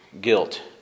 guilt